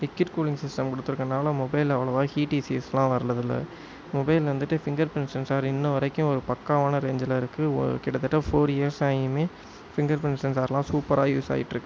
ticket cooling system கொடுத்துருக்கனால மொபைலில் அவ்வளோவா ஹீட் இஷ்யூஸ்யெல்லாம் வரல இதில் மொபைலில் வந்துவிட்டு ஃபிங்கர் பிரிண்ட் சென்சார் இன்னை வரைக்கும் ஒரு பக்காவான ரேஞ்சில் இருக்கு கிட்டத்தட்ட ஃபோர் இயர்ஸ் ஆகியும் ஃபிங்கர் பிரிண்ட் சென்சார்லாம் சூப்பராக யூஸ் ஆகிட்டுருக்கு